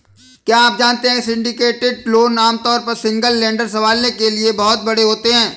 क्या आप जानते है सिंडिकेटेड लोन आमतौर पर सिंगल लेंडर संभालने के लिए बहुत बड़े होते हैं?